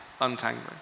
untangling